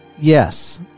Yes